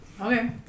Okay